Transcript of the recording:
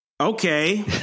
okay